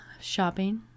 shopping